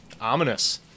Ominous